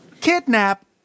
kidnap